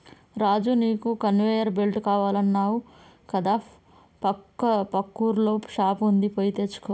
రాజు నీకు conveyor belt కావాలన్నావు కదా పక్కూర్ల షాప్ వుంది పోయి తెచ్చుకో